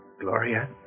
Gloria